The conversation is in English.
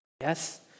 Yes